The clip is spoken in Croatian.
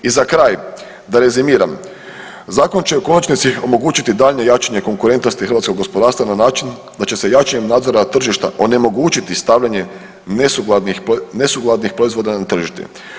I za kraj da rezimiram, zakon će u konačnici omogućiti daljnje jačanje konkurentnosti hrvatskog gospodarstva na način da će s jačanjem nadzora tržišta onemogućiti stavljanje nesukladnih proizvoda na tržište.